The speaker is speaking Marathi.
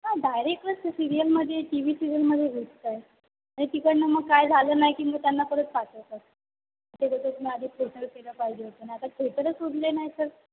हां डायरेक्टच सिरियलमध्ये टी वी सिरियलमध्ये घेत आहेत तिकडून मग काय झालं नाही की मग त्यांना परत पाठवतात ते बोलतात तुम्ही आधी थेटर केलं पाहिजे होतं आणि आता थेटरच उरले नाही तर